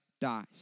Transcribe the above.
dies